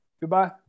Goodbye